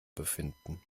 befinden